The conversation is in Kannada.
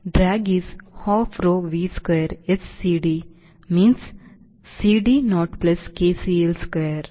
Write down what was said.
drag is half rho V square S CD means CD naught plus K CL square